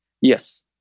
Yes